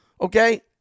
okay